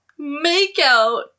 makeout